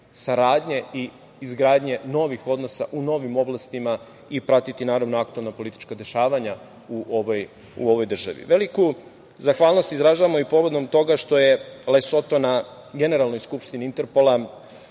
saradnje i izgradnje novih odnosa u novim oblastima i pratiti, naravno, aktuelna politička dešavanja u ovoj državi. Veliku zahvalnost izražavamo i povodom toga što je Lesoto na Generalnoj skupštini Interpola